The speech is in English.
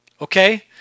Okay